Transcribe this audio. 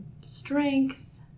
strength